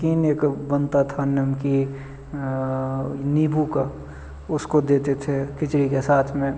नमकीन एक बनता था नमकीन नींबू का उसको देते थे खिचड़ी के साथ में